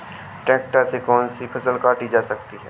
Tractor से कौन सी फसल काटी जा सकती हैं?